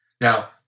Now